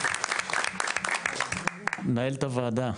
מנהלת הוועדה.